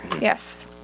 Yes